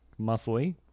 muscly